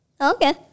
okay